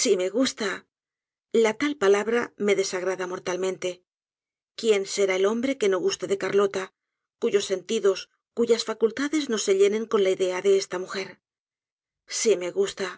si me gusta la tal palabra me desagrada mortalmente quién será el hombre que no guste de carlota cuyos sentidos cuyas facultades no se llenen con la idea de esta mujer si me gusta